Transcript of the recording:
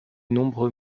nombreux